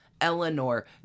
Eleanor